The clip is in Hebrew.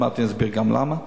עוד מעט אני אסביר גם למה.